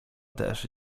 też